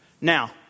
Now